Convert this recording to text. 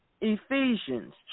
Ephesians